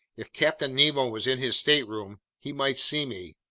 if captain nemo was in his stateroom, he might see me.